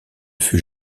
fut